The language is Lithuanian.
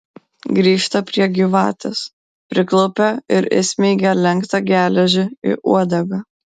grįžta prie gyvatės priklaupia ir įsmeigia lenktą geležį į uodegą